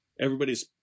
everybody's